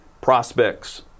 prospects